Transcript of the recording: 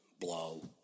Blow